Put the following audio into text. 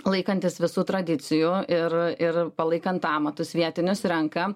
laikantis visų tradicijų ir ir palaikant amatus vietinius renka